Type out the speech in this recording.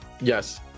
Yes